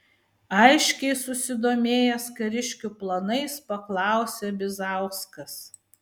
aiškiai susidomėjęs kariškių planais paklausė bizauskas